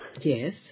Yes